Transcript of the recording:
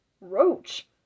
roach